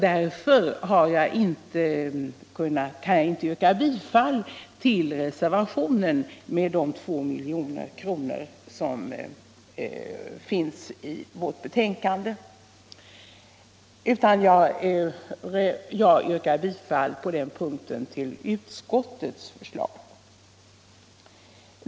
Därför kan jag inte yrka bifall till reservationen 2 om ett anslag på 2 milj.kr., utan jag yrkar på den punkten bifall tll utskottets förslag.